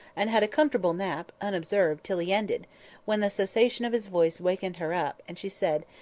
and had a comfortable nap, unobserved, till he ended when the cessation of his voice wakened her up, and she said,